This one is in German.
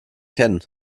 kennen